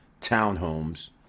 townhomes